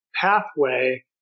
pathway